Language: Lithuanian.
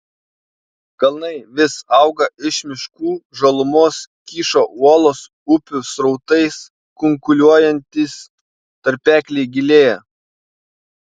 kalnai vis auga iš miškų žalumos kyšo uolos upių srautais kunkuliuojantys tarpekliai gilėja